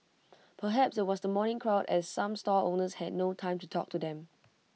perhaps IT was the morning crowd as some stall owners had no time to talk to them